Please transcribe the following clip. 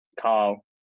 Carl